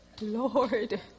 Lord